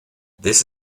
this